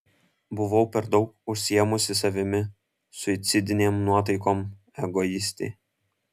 buvau per daug užsiėmusi savimi suicidinėm nuotaikom egoistė